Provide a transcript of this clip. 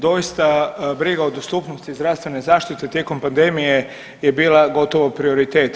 Doista briga o dostupnosti zdravstvene zaštite tijekom pandemije je bila gotovo prioritet.